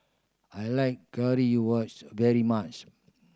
I like very much